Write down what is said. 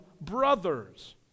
brothers